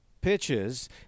pitches